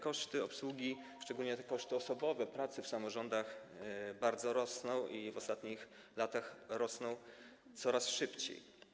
Koszty obsługi, szczególnie koszty osobowe, pracy w samorządach, bardzo rosną, a w ostatnich latach rosną coraz szybciej.